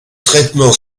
traitement